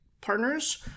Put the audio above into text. partners